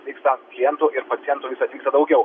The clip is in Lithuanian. vyksta klientų ir pacientų vis atvyksta daugiau